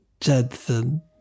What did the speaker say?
Jensen